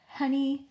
honey